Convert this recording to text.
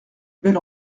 belle